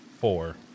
Four